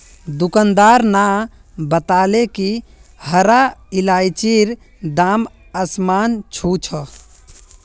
दुकानदार न बताले कि हरा इलायचीर दाम आसमान छू छ